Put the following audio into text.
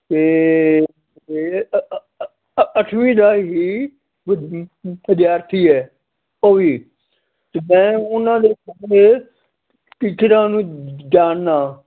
ਅਤੇ ਅੱਠਵੀਂ ਦਾ ਹੀ ਵਿਦਿਆਰਥੀ ਹੈ ਉਹ ਵੀ ਅਤੇ ਮੈਂ ਉਹਨਾਂ ਦੇ ਟੀਚਰਾਂ ਨੂੰ ਜਾਣਦਾ